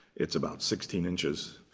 it's about sixteen inches,